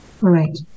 right